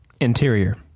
Interior